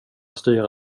styra